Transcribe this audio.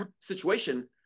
situation